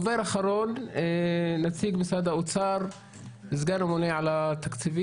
הנציג האחרון, צחי דוד, סגן הממונה על התקציבים.